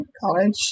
college